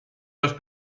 los